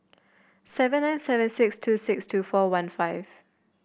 seven nine seven six two six two four one five